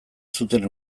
zuten